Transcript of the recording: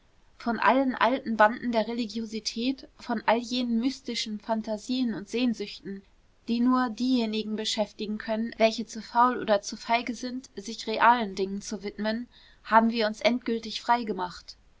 von allen alten banden der religiosität von all jenen mystischen phantasien und sehnsüchten die nur diejenigen beschäftigen können welche zu faul oder zu feige sind sich realen dingen zu widmen haben wir uns endgültig frei